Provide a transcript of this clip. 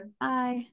Bye